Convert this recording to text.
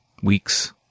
weeks